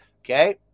Okay